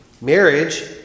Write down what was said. Marriage